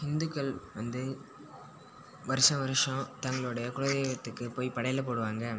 இந்துக்கள் வந்து வருஷம் வருஷம் தங்களுடைய குல தெய்வத்துக்கு போய் படையலை போடுவாங்க